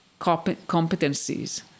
competencies